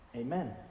Amen